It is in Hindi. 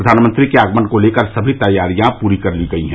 प्रधानमंत्री के आगमन को लेकर सभी तैयारियां पूरी कर ली गयी हैं